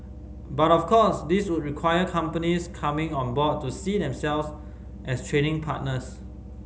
but of course this would require companies coming on board to see themselves as training partners